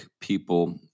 people